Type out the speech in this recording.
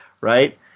right